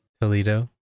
Toledo